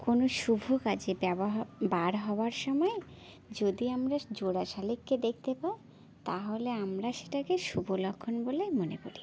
কোনো শুভ কাজে ব্যবহার বার হওয়ার সময় যদি আমরা জোড়া শালিখকে দেখতে পাই তাহ লে আমরা সেটাকে শুভ লক্ষণ বলেই মনে করি